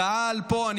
הקהל פה במליאה,